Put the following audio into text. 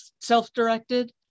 self-directed